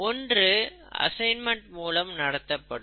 ஒன்று அசைன்மெண்ட் மூலம் நடத்தப்படும்